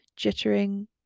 jittering